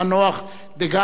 שהלך לעולמו,